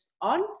on